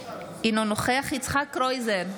אינו נוכח יצחק קרויזר,